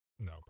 no